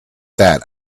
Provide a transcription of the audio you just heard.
that